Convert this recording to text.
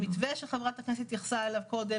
המתווה שחברת הכנסת התייחסה אליו קודם